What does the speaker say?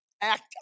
act